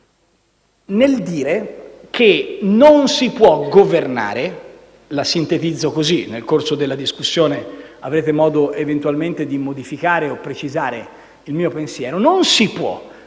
nel dire che - la sintetizzo così e nel corso della discussione avrete modo, eventualmente, di modificare o precisare il mio pensiero - non si può governare